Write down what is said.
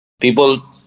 people